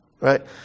right